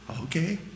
Okay